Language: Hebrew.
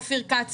אופיר כץ.